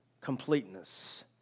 completeness